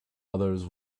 others